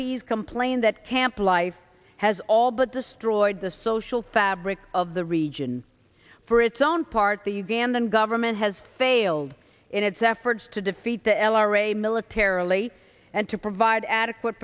p s complained that camp life has all but destroyed the social fabric of the region for its own part the ugandan government has failed in its efforts to defeat the l r a militarily and to provide adequate